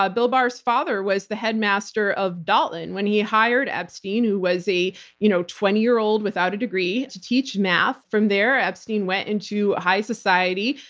ah bill barr's father was the headmaster of dalton when he hired epstein, who was you know twenty years old without a degree, to teach math. from there, epstein went into high society,